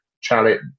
challenge